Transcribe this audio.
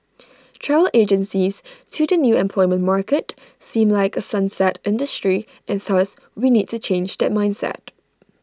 travel agencies to the new employment market seem like A sunset industry and thus we need to change that mindset